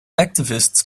activists